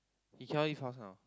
he cannot leave house now